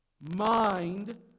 mind